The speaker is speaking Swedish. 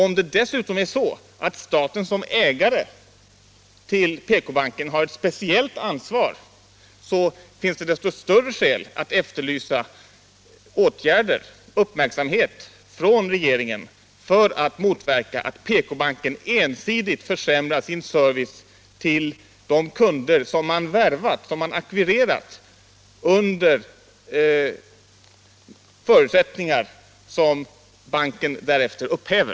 Om det dessutom är så att staten som ägare till PK-banken har ett speciellt ansvar, finns det ännu större skäl att efterlysa uppmärksamhet från regeringen och åtgärder för att motverka att PK-banken ensidigt försämrar sin service till de kunder som den har värvat under förutsättningar som banken därefter upphäver.